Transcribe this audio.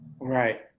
Right